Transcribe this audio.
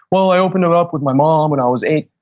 well, i opened it up with my mom when i was eight.